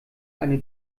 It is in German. eine